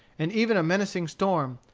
and even a menacing storm,